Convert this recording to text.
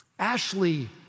Ashley